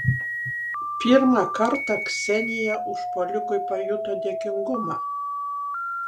pirmą kartą ksenija užpuolikui pajuto dėkingumą